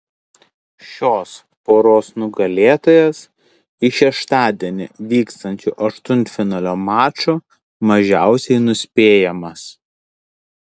šios poros nugalėtojas iš šeštadienį vykstančių aštuntfinalio mačų mažiausiai nuspėjamas